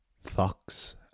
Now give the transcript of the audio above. Fox